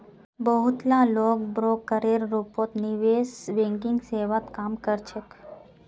बहुत ला लोग ब्रोकरेर रूपत निवेश बैंकिंग सेवात काम कर छेक